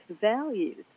values